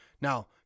Now